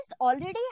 already